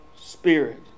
spirit